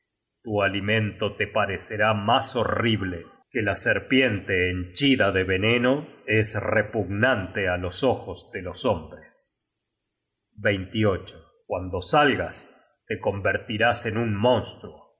tu alimento te parecerá mas horrible que la serpiente henchida de veneno es repugnante á los ojos de los hombres content from google book search generated at cuando salgas te convertirás en un monstruo